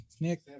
Nick